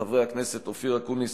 חברי הכנסת אופיר אקוניס,